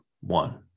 one